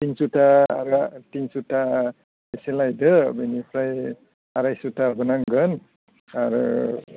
तिन सुथा तिन सुथा एसे लायदो बिनिफ्राय आराय सुथाबो नांगोन आरो